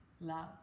love